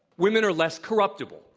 women are less corruptible.